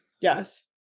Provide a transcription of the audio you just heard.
Yes